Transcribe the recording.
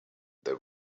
they